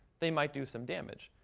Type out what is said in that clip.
they might do some damage.